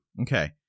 Okay